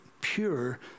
pure